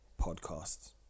podcasts